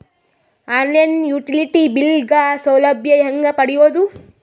On line utility bill ಗ ಸೌಲಭ್ಯ ಹೇಂಗ ಪಡೆಯೋದು?